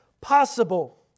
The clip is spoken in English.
possible